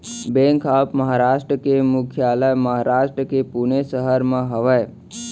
bank of Maharashtra के मुख्यालय महारास्ट के पुने सहर म हवय